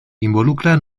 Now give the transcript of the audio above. involucra